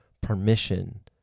permission